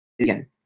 again